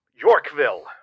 Yorkville